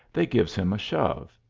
they gives him a shove.